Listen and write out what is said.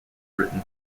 written